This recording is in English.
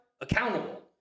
accountable